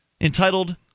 entitled